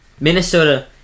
Minnesota